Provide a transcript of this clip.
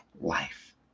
life